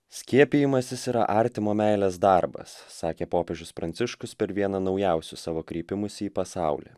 skiepijimasis yra artimo meilės darbas sakė popiežius pranciškus per vieną naujausių savo kreipimųsi į pasaulį